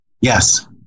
Yes